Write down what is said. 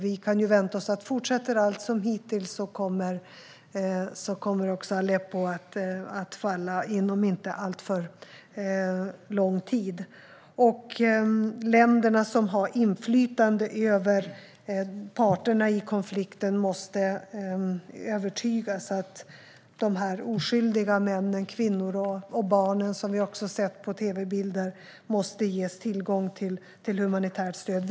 Vi kan vänta oss att om allt fortsätter som hittills kommer också Aleppo att falla inom en inte alltför lång tid. De länder som har inflytande över parterna i konflikten måste övertygas om att de oskyldiga kvinnorna, männen och barnen som vi har sett på tv-bilder måste ges tillgång till humanitärt stöd.